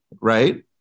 right